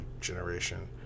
generation